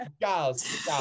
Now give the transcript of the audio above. gals